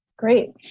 Great